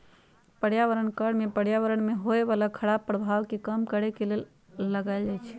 पर्यावरण कर में पर्यावरण में होय बला खराप प्रभाव के कम करए के लेल लगाएल जाइ छइ